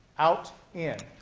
out, in.